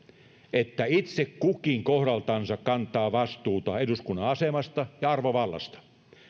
että itse kukin kohdaltansa kantaa vastuuta eduskunnan asemasta ja arvovallasta